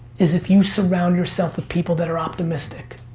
is if you surround yourself with people that are optimistic.